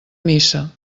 missa